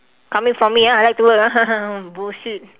coming from me ah I like to work ah bullshit